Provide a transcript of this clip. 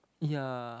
ya